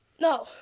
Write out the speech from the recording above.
No